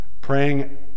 praying